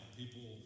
people